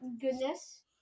goodness